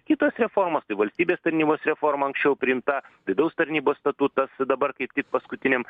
kitos reformos tai valstybės tarnybos reforma anksčiau priimta vidaus tarnybos statutas dabar kaip tik paskutinėm